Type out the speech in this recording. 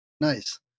Nice